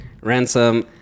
Ransom